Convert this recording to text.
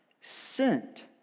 sent